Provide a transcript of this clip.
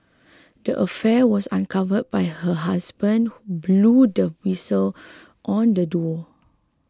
the affair was uncovered by her husband blew the whistle on the duo